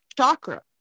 chakra